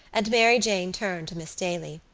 and mary jane turned to miss daly.